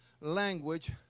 language